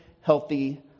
healthy